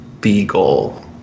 beagle